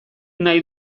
nahi